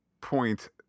point